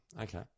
Okay